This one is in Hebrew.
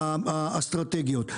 האסטרטגיות.